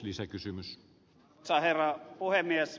arvoisa herra puhemies